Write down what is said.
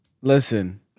Listen